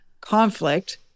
conflict